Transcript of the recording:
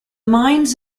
mines